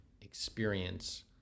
experience